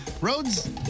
Roads